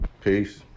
Peace